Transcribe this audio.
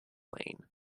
plane